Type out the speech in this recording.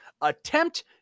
Attempt